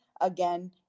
again